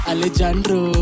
Alejandro